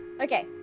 Okay